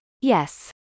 yes